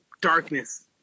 darkness